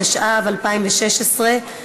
התשע"ו 2016,